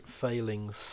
failings